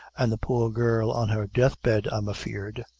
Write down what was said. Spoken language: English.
an' the poor girl on her death-bed, i'm afeard.